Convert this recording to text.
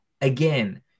again